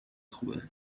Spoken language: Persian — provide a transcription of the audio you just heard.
خوبه